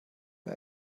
bei